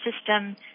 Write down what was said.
system